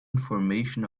information